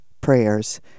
prayers